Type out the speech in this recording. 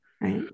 Right